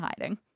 hiding